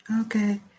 Okay